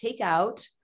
takeout